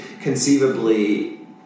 conceivably